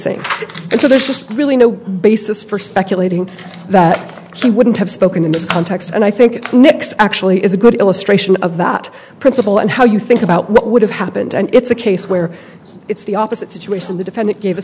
same so this is really no basis for speculating that she wouldn't have spoken in this context and i think it actually is a good illustration of that principle and how you think about what would have happened and it's a case where it's the opposite situation the defendant gave a